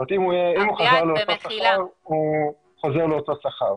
זאת אומרת אם הוא חזר לאותו שכר אז הוא חוזר לאותו שכר,